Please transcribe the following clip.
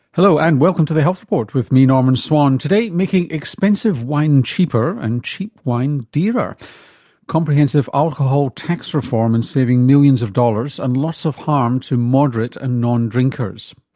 hello and welcome to the health report with me, norman swan. today, making expensive wine cheaper and cheap wine dearer comprehensive alcohol tax reform and saving millions of dollars and lots of harm to moderate and non drinkers.